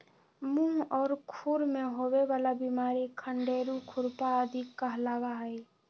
मुह और खुर में होवे वाला बिमारी खंडेरू, खुरपा आदि कहलावा हई